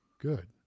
Good